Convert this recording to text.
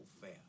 fair